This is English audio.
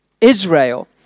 Israel